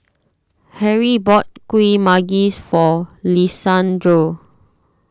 Harrie bought Kuih Manggis for Lisandro